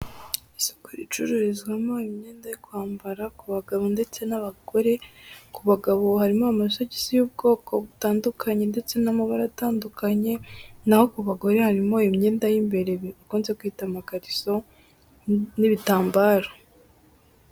Isoko bacururizamo imyenda yo kwambara ku bagabo ndetse n'abagore, ku bagabo harimo amasogisi y'ubwoko butandukanye ndetse n'amabara atandukanye, naho ku bagore harimo iyo imyenda y'imbere ikunze kwita amakariso n'ibitambaro.